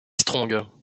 strong